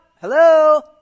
Hello